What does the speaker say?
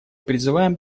призываем